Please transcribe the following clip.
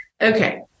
Okay